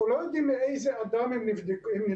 אנחנו לא יודעים מאיזה אדם הם נדבקו,